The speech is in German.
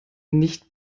nicht